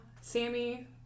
Sammy